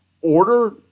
order